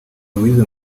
louise